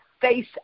face